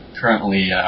currently